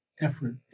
effort